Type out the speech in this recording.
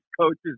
coaches